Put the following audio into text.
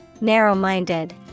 Narrow-minded